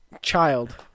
child